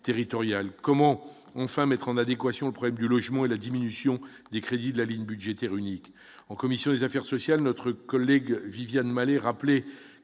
territoriales comment enfin mettre en adéquation le problème du logement et la diminution des crédits de la ligne budgétaire unique en commission des affaires sociales, notre collègue Viviane Malher, rappeler